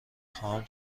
خواهم